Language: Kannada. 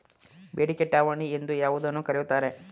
ಬೇಡಿಕೆ ಠೇವಣಿ ಎಂದು ಯಾವುದನ್ನು ಕರೆಯುತ್ತಾರೆ?